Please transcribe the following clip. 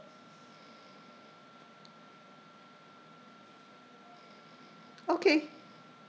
okay